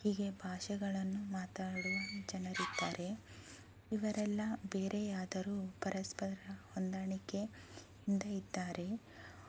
ಹೀಗೆ ಭಾಷೆಗಳನ್ನು ಮಾತಾಡುವ ಜನರಿದ್ದಾರೆ ಇವರೆಲ್ಲ ಬೇರೆ ಆದರೂ ಪರಸ್ಪರ ಹೊಂದಾಣಿಕೆಯಿಂದ ಇದ್ದಾರೆ